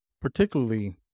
particularly